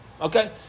Okay